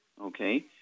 Okay